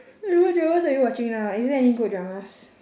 eh what dramas are you watching now is there any good dramas